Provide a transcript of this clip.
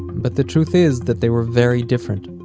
but the truth is that they were very different